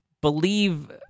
believe